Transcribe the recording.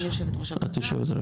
אני יושבת ראש הוועדה,